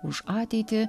už ateitį